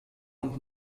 und